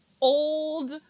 old